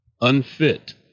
Unfit